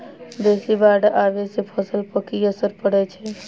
बेसी बाढ़ आबै सँ फसल पर की असर परै छै?